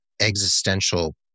existential